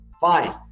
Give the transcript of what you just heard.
Fine